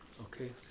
Okay